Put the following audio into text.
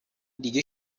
دیگه